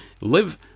Live